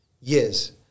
years